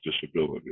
disability